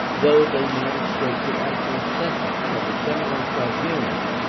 though they might escape the actual sentence of a criminal tribunal,